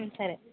సరే